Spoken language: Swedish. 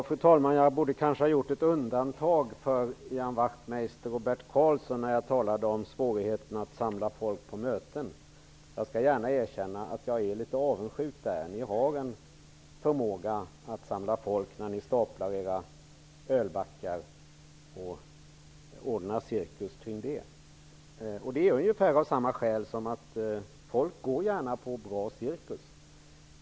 Fru talman! Jag borde kanske ha gjort ett undantag för Ian Wachtmeister och Bert Karlsson när jag talade om svårigheten att samla folk till möten. Jag skall gärna erkänna att jag är litet avundsjuk där. Ni har en förmåga att samla folk när ni staplar era ölbackar och ordnar cirkus kring det. Och det är också anledningen till att folk kommer: Människor går gärna på bra cirkus.